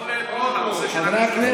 חברי הכנסת,